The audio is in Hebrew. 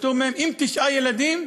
פטור מהם, עם תשעה ילדים.